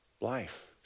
life